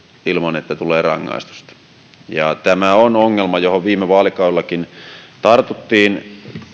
ilman rangaistusta tämä on ongelma johon viime vaalikaudellakin tartuttiin